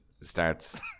starts